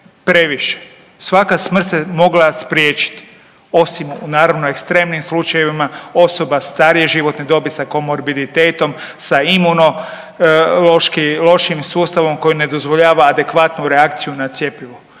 Svaka smrt se mogla spriječiti osim naravno u ekstremnim slučajevima osoba starije životne dobi sa komorbiditetom sa imunološki lošim sustavom koji ne dozvoljava adekvatnu reakciju na cjepivo.